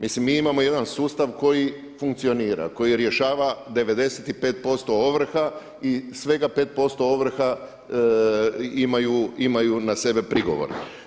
Mislim mi imamo jedan sustav koji funkcionira, koji rješava 95% ovrha i svega 5% ovrha imaju na sebe prigovor.